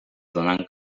donant